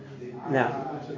Now